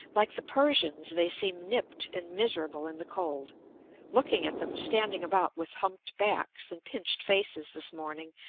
like the persians, they seem nipped and miserable in the cold looking at them, standing about with humped backs and pinched faces this morning,